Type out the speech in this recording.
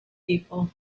people